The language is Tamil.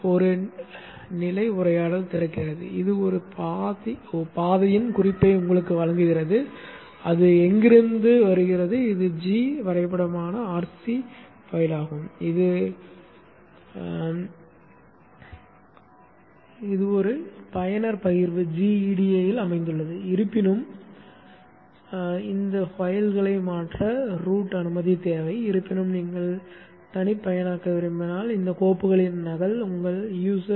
ஒரு நிலை உரையாடல் திறக்கிறது இது ஒரு பாதையின் குறிப்பை உங்களுக்கு வழங்குகிறது அது அங்கிருந்து அதை எடுக்கிறது இது g திட்டவட்டமான r c கோப்பாகும் இது பயனர் பகிர்வு gEDA இல் அமைந்துள்ளது இருப்பினும் இந்த கோப்புகளை மாற்ற ரூட் அனுமதி தேவை இருப்பினும் நீங்கள் தனிப்பயனாக்க விரும்பினால் இந்தக் கோப்புகளின் நகல் உங்கள் user